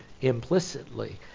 implicitly